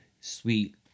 sweet